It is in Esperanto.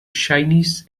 ŝajnis